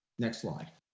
next slide.